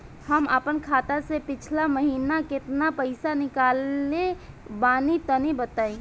हम आपन खाता से पिछला महीना केतना पईसा निकलने बानि तनि बताईं?